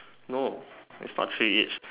no that's not three it's